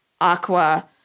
aqua